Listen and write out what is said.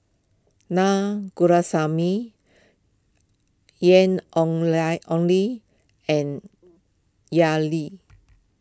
Na Ian Ong Ong Li and Yao Li